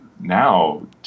now